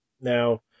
now